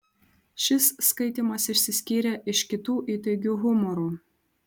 šis skaitymas išsiskyrė iš kitų įtaigiu humoru